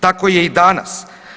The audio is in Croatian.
Tako je i danas.